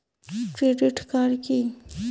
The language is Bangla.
Credit card key?